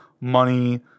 money